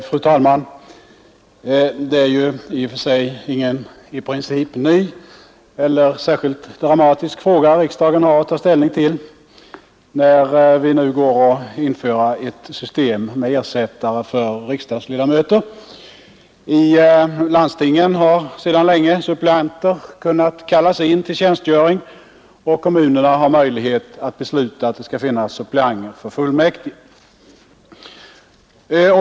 Fru talman! Det är ju i och för sig ingen i princip ny eller särskilt dramatisk fråga riksdagen har att ta ställning till, när vi nu går att införa ett system med ersättare för riksdagsledamöter. I landstingen har sedan länge suppleanter kunnat kallas in för tjänstgöring, och kommunerna har möjlighet att besluta att det skall finnas suppleanter för fullmäktige.